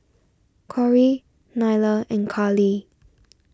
Corry Nyla and Karly